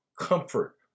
Comfort